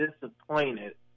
disappointed